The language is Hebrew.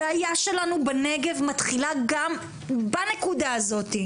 הבעיה שלנו בנגב מתחילה גם בנקודה הזאת.